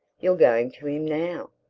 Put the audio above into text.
you're going to him now.